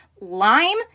Lime